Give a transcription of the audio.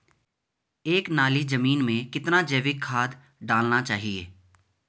एक नाली जमीन में कितना जैविक खाद डालना चाहिए?